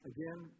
Again